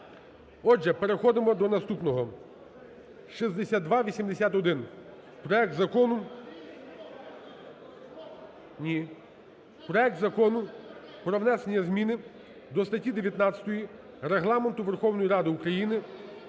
Отже, переходимо до наступного 6281 проект Закону про внесення зміни до статті 19 Регламенту Верховної Ради України